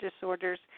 disorders